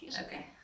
Okay